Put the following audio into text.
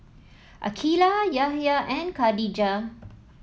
Aqeelah Yahya and Khatijah